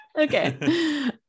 okay